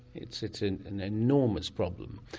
it's it's an an enormous problem,